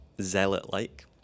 zealot-like